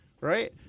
Right